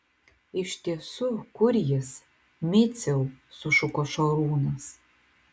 iš tiesų kur jis miciau sušuko šarūnas